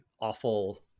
awful